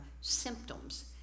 symptoms